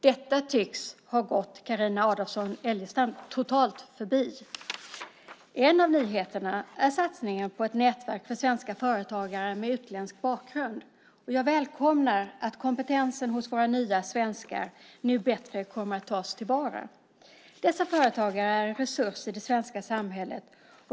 Detta tycks ha gått Carina Adolfsson Elgestam totalt förbi. En av nyheterna är satsningen på ett nätverk för svenska företagare med utländsk bakgrund, och jag välkomnar att kompetensen hos våra nya svenskar nu bättre kommer att tas till vara. Dessa företagare är en resurs i det svenska samhället.